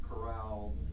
corral